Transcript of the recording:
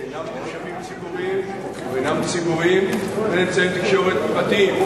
שאינם נחשבים ציבוריים ואינם ציבוריים לבין אמצעי תקשורת פרטיים.